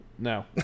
No